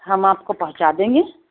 ہم آپ پہنچا دیں گے